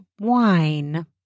wine